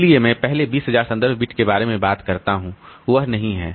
इसलिए मैं पहले 20000 संदर्भ बिट के बारे में बात करता हूं वह नहीं है